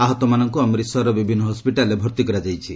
ଆହତମାନଙ୍କୁ ଅମ୍ରିତ୍ସର୍ର ବିଭିନ୍ନ ହସ୍କିଟାଲ୍ରେ ଭର୍ତ୍ତି କରାଯାଇଛି